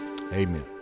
Amen